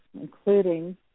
including